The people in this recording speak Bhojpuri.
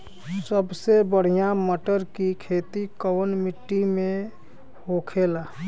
सबसे बढ़ियां मटर की खेती कवन मिट्टी में होखेला?